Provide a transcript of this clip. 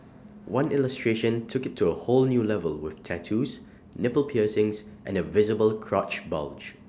one illustration took IT to A whole new level with tattoos nipple piercings and A visible crotch bulge